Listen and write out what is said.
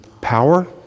power